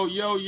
yo